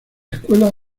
escuela